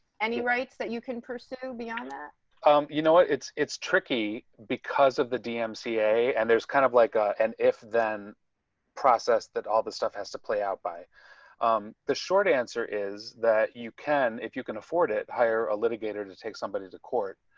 any rights that you can pursue beyond that. kerry muzzey um you know it's it's tricky because of the dmca and there's kind of like an if then process that all this stuff has to play out by the short answer is that you can if you can afford it. hire a litigator to take somebody to court.